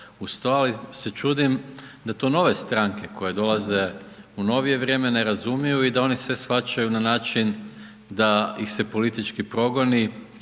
to ali se čudim da to nove stranke koje dolaze u novije vrijeme ne razumiju i da oni sve shvaćaju na način da ih se politički progoni